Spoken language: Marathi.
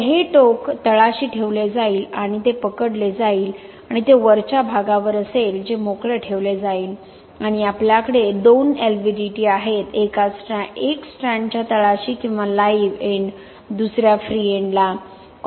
तर हे टोक तळाशी ठेवले जाईल आणि ते पकडले जाईल आणि ते वरच्या भागावर असेल जे मोकळे ठेवले जाईल आणि आपल्याकडे दोन एलव्हीडीटी आहेत एक स्ट्रँडच्या तळाशी किंवा लाइव्ह एंड दुसरा फ्री एंडला